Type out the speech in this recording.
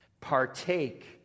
Partake